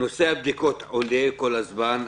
נושא הבדיקות עולה כל הזמן.